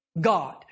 God